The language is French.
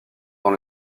dans